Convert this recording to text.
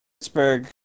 Pittsburgh